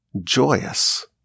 joyous